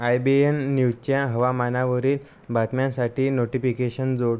I B N न्यूजच्या हवामानावरील बातम्यांसाठी नोटिफिकेशन जोड